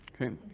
Okay